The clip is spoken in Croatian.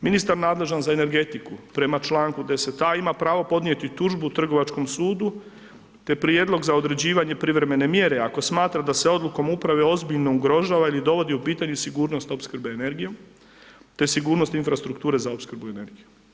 Ministar nadležan za energetiku prema članku 10. a ima pravo podnijeti tužbu trgovačkom sudu te prijedlog za određivanje privremene mjere ako smatra da se odlukom uprave ozbiljno ugrožava ili dovodi u pitanje opskrbe energijom te sigurnost infrastrukture za opskrbu energijom.